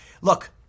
look